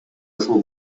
ошол